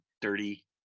dirty